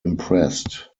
impressed